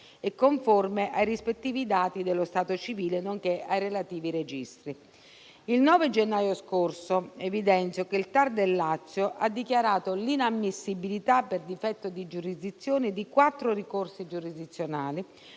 e conforme ai rispettivi dati dello stato civile, nonché ai relativi registri. Evidenzio che il 9 gennaio scorso il TAR del Lazio ha dichiarato l'inammissibilità per difetto di giurisdizione di quattro ricorsi giurisdizionali